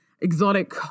exotic